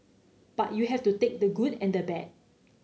but you have to take the good and the bad